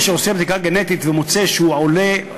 מי שעושה בדיקה גנטית ומוצא שהוא נגיד